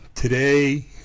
Today